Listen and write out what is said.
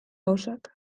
gauzak